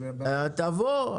תבוא.